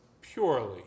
purely